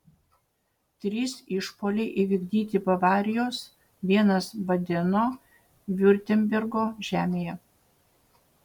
trys išpuoliai įvykdyti bavarijos vienas badeno viurtembergo žemėje